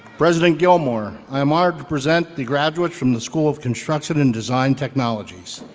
president gilmour, i am honored to present the graduates from the school of construction and design technologies.